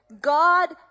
God